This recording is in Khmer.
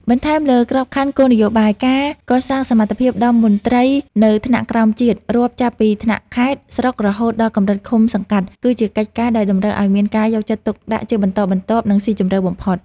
បន្ថែមលើក្របខ័ណ្ឌគោលនយោបាយ ការកសាងសមត្ថភាពដល់មន្ត្រីនៅថ្នាក់ក្រោមជាតិ រាប់ចាប់ពីថ្នាក់ខេត្ត ស្រុក រហូតដល់កម្រិតឃុំ-សង្កាត់ គឺជាកិច្ចការដែលតម្រូវឱ្យមានការយកចិត្តទុកដាក់ជាបន្តបន្ទាប់ និងស៊ីជម្រៅបំផុត។